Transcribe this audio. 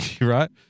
right